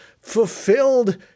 fulfilled